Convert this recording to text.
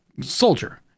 soldier